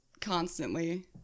constantly